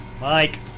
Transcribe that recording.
Mike